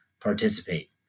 participate